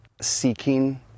seeking